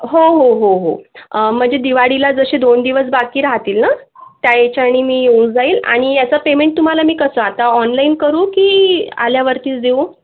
हो हो हो हो म्हणजे दिवाळीला जसे दोन दिवस बाकी राहतील ना त्या याच्यानी मी येऊन जाईल आणि याचं पेमेंट तुम्हाला मी कसं आता ऑनलाईन करू की आल्यावरतीच देऊ